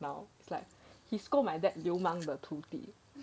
now it's like he scold my dad 流氓的土地